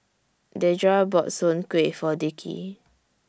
Dedra bought Soon Kuih For Dickie